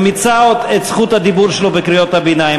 הוא מיצה את רשות הדיבור שלו בקריאות הביניים.